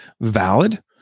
valid